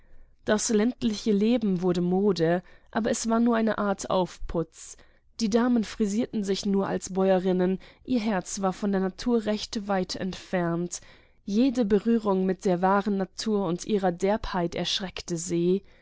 das ländliche leben wurde mode aber es war nur ein aufputz die damen frisierten sich als bäuerinnen ihr herz war von der natur recht weit entfernt jede berührung mit der wahren natur und ihrer derbheit erschreckte sie